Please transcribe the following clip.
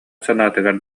санаатыгар